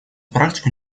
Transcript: практику